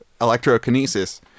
electrokinesis